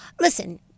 listen